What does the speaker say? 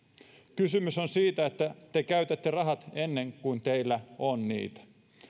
kysymys on siitä että te käytätte rahat ennen kuin teillä on niitä